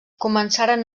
començaren